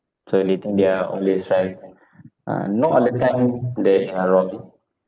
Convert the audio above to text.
so they think they are always right uh not all the time they are wrong